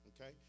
Okay